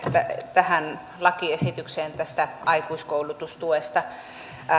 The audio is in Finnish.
tähän lakiesitykseen tästä aikuiskoulutustuesta